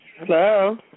Hello